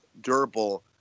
durable